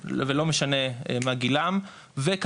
לא יכול להיות ילד בכיתה א',